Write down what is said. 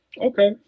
Okay